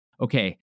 okay